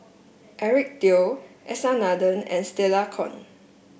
Eric Teo S R Nathan and Stella Kon